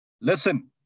listen